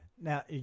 Now